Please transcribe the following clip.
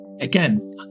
Again